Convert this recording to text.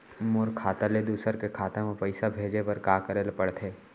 मोर खाता ले दूसर के खाता म पइसा भेजे बर का करेल पढ़थे?